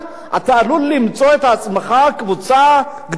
אתה עלול למצוא את עצמך עם קבוצה גדולה של